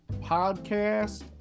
podcast